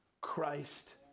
Christ